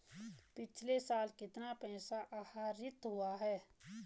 पिछले माह कितना पैसा आहरित हुआ है?